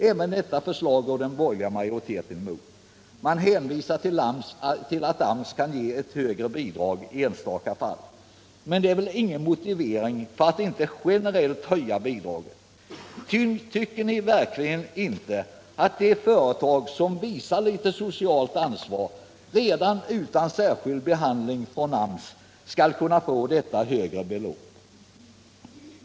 Även detta förslag går den borgerliga majoriteten emot. Man hänvisar till att AMS kan ge ett högre bidrag i enstaka fall. Men det är väl ingen motivering för att inte generellt höja bidraget. Tycker ni verkligen inte att de företag som visar litet socialt ansvar skall kunna få detta högre belopp redan utan särskild behandling i AMS?